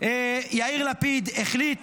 יאיר לפיד החליט